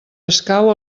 escau